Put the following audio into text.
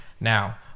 Now